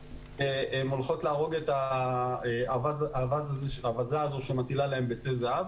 שהן הולכות להרוג את האווזה הזו שמטילה להם ביצי זהב.